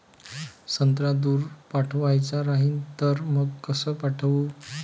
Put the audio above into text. संत्रा दूर पाठवायचा राहिन तर मंग कस पाठवू?